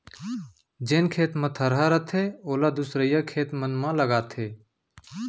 जेन खेत म थरहा रथे ओला दूसरइया खेत मन म लगाथें